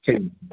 சரிங்க சார்